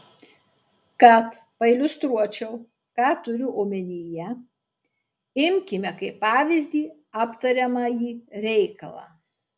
kad pailiustruočiau ką turiu omenyje imkime kaip pavyzdį aptariamąjį reikalą